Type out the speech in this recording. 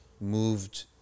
moved